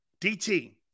DT